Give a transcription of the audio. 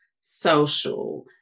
social